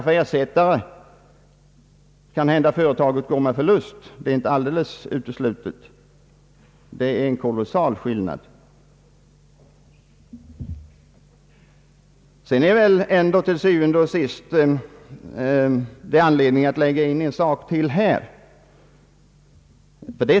Företaget kanske går med förlust, det är inte alldeles uteslutet. Det är en helt ovidkommande jämförelse.